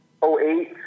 08